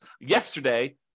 yesterday